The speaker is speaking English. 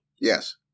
Yes